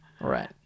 Right